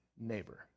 neighbor